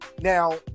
now